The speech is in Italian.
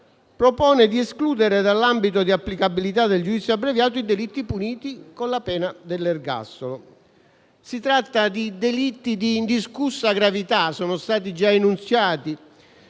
propone di escludere dall'ambito di applicabilità del giudizio abbreviato i delitti puniti con la pena dell'ergastolo. Si tratta di delitti di indiscussa gravità che sono stati già enunciati,